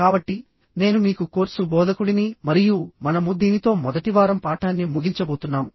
కాబట్టి నేను మీకు కోర్సు బోధకుడిని మరియు మనము దీనితో మొదటి వారం పాఠాన్ని ముగించబోతున్నాము